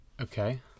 Okay